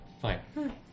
Fine